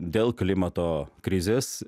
dėl klimato krizės